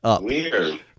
Weird